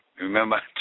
Remember